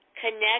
Connect